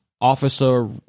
Officer